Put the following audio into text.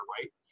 right